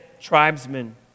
tribesmen